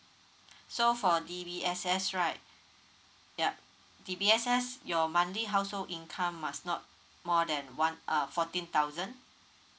so for D_B_S_S right ya D_B_S_S your monthly household income must not more than one uh fourteen thousand